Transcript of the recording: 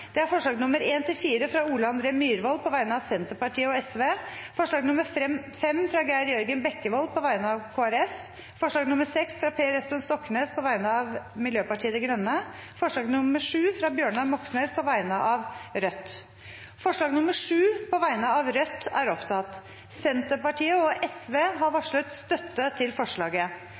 alt sju forslag. Det er forslagene nr. 1–4, fra Ole André Myhrvold på vegne av Senterpartiet og Sosialistisk Venstreparti forslag nr. 5, fra Geir Jørgen Bekkevold på vegne av Kristelig Folkeparti forslag nr. 6, fra Per Espen Stoknes på vegne av Miljøpartiet De Grønne forslag nr. 7, fra Bjørnar Moxnes på vegne av Rødt Det voteres over forslag nr. 7, fra Rødt: «Stortinget ber regjeringen avholde en rådgivende folkeavstemning om Norge skal slutte seg til